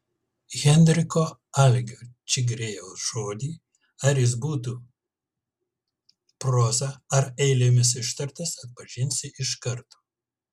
henriko algio čigriejaus žodį ar jis būtų proza ar eilėmis ištartas atpažinsi iš karto